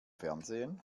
fernsehen